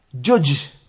judge